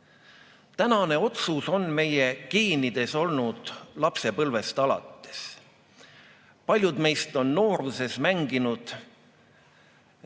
mõtet. Tänane otsus on meie geenides olnud lapsepõlvest alates. Paljud meist on nooruses mänginud